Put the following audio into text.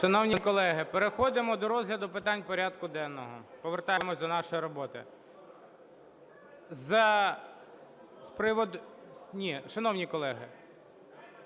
Шановні колеги, переходимо до розгляду питань порядку денного, повертаємося до нашої роботи.